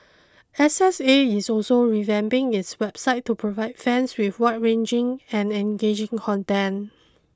S S A is also revamping its website to provide fans with wide ranging and engaging content